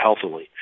healthily